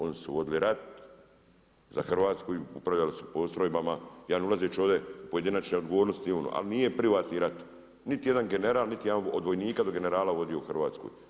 Oni su vodili rat za Hrvatsku i upravljali su postrojbama, ja ne ulazeći ovdje u pojedinačne odgovornosti … ali nije privatni rat niti jedan general, niti jedan od vojnika do generala vodio Hrvatsku.